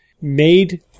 made